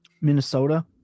Minnesota